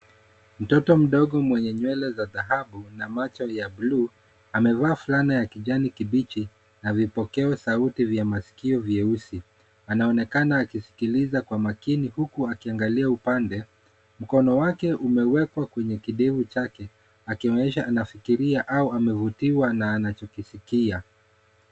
Mtoto mdogo mwenye nywele za dhahabu na macho ya blue amevaa fulana ya kijani kibichi na vipokeo sauti vya masikio vyeusi. Anaonekana akisikiliza kwa makini huku akiangalia upande. Mkono wake umewekwa kwenye kidevu chake akionyesha anafikiria au amevutiwa na anachokisikia.